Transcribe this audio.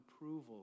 approval